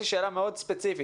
יש לי שאלה מאוד ספציפית.